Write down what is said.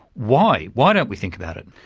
why? why don't we think about it?